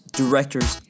directors